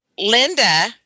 linda